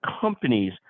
companies